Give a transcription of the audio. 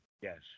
Yes